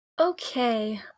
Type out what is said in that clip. Okay